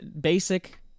basic